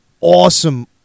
awesome